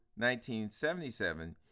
1977